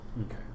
okay